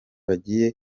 bagiye